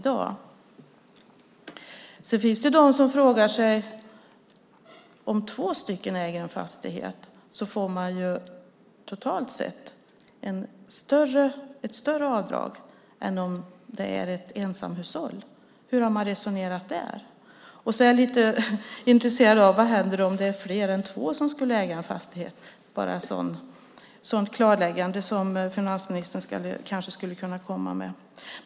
Det finns människor som undrar följande: Om två personer äger en fastighet får man totalt sett ett större avdrag än om det är en person som äger en fastighet. Hur har man resonerat där? Jag är också lite intresserad av vad som händer om det är fler än två som äger en fastighet? Finansministern kanske skulle kunna komma med ett sådant klarläggande.